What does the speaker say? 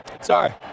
Sorry